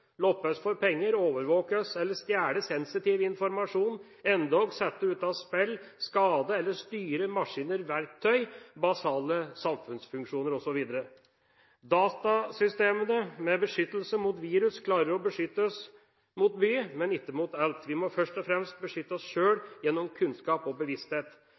for penger, overvåke oss eller stjele sensitiv informasjon, endog sette ut av spill, skade eller styre maskiner, verktøy, basale samfunnsfunksjoner osv. Datasystemene med beskyttelse mot virus klarer å beskytte oss mot mye, men ikke mot alt. Vi må først og fremst beskytte oss sjøl gjennom kunnskap og bevissthet,